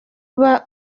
uba